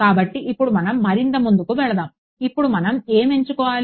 కాబట్టి ఇప్పుడు మనం మరింత ముందుకు వెళ్దాం ఇప్పుడు మనం ఏమి ఎంచుకోవాలి